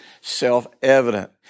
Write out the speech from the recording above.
self-evident